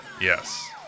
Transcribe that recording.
yes